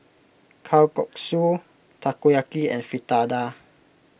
Kalguksu Takoyaki and Fritada